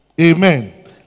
Amen